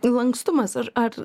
tai lankstumas ar ar